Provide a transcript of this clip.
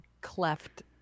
cleft